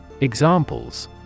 Examples